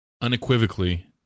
unequivocally